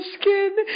skin